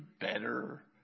better